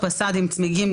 צמיגים,